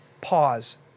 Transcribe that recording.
pause